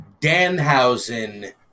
Danhausen